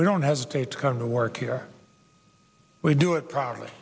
we don't hesitate to come to work here we do it pro